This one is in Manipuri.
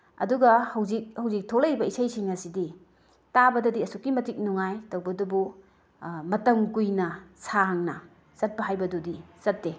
ꯑꯗꯨꯒ ꯍꯧꯖꯤꯛ ꯍꯧꯖꯤꯛ ꯊꯣꯛꯂꯛꯏꯕ ꯏꯁꯩꯁꯤꯡ ꯑꯁꯤꯗꯤ ꯇꯥꯕꯗꯗꯤ ꯑꯁꯨꯛꯀꯤ ꯃꯇꯤꯛ ꯅꯨꯡꯉꯥꯏ ꯇꯧꯕꯇꯕꯨ ꯃꯇꯝ ꯀꯨꯏꯅ ꯁꯥꯡꯅ ꯆꯠꯄ ꯍꯥꯏꯕꯗꯨꯗꯤ ꯆꯠꯇꯦ